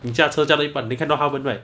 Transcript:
你驾车驾到一半 then 看到他们 right